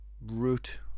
root